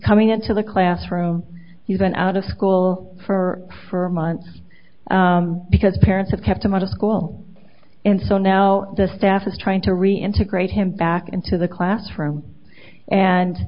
coming into the classroom you've been out of school for for months because the parents have kept him out of school and so now the staff is trying to reintegrate him back into the classroom and